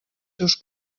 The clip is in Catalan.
seus